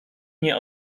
nie